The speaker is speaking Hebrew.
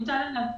יוטל עליו